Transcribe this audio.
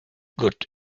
good